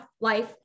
life